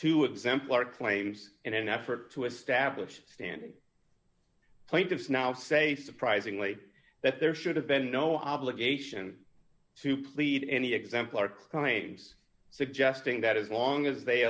to exemplar claims and in an effort to establish standing plaintiffs now say surprisingly that there should have been no obligation to plead any exemplar claims suggesting that as long as they